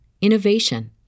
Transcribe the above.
innovation